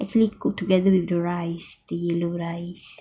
actually cooked together with the rice the yellow rice